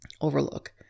overlook